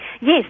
Yes